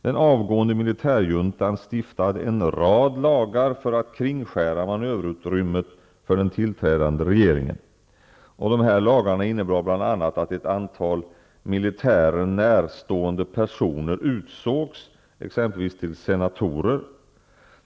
Den avgående militärjuntan stiftade en rad lagar för att kringskära manöverutrymmet för den tillträdande regeringen. Dessa lagar innebar bl.a. att ett antal militären närstående personer t.ex. utsågs till senatorer.